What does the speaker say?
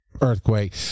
earthquake